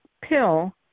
pill